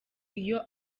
iyo